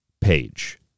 page